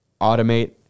automate